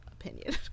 opinion